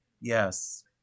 Yes